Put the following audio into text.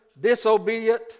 disobedient